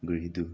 ꯒꯥꯔꯤꯗꯨ